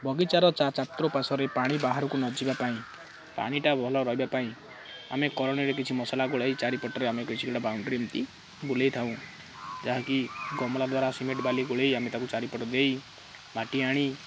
ବଗିଚାର ଚତୁଃପାର୍ଶ୍ୱ ପାଣି ବାହାରକୁ ନ ଯିବା ପାଇଁ ପାଣିଟା ଭଲ ରହିବା ପାଇଁ ଆମେ କରଣୀରେ କିଛି ମସଲା ଗୋଳାଇ ଚାରିପଟରେ ଆମେ କିଛି ଗୋଟେ ବାଉଣ୍ଡରୀ ଏମିତି ବୁଲାଇଥାଉ ଯାହାକି ଗମଲା ଦ୍ୱାରା ସିମେଣ୍ଟ ବାଲି ଗୋଳାଇ ଆମେ ତାକୁ ଚାରିପଟ ଦେଇ ମାଟି ଆଣି